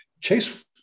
chase